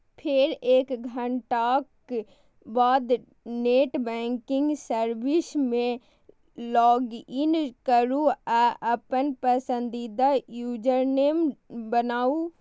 फेर एक घंटाक बाद नेट बैंकिंग सर्विस मे लॉगइन करू आ अपन पसंदीदा यूजरनेम बनाउ